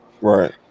Right